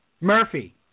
Murphy